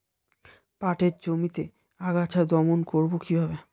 পাটের জমির আগাছা দমন করবো কিভাবে?